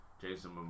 Jason